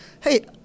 hey